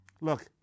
Look